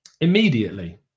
Immediately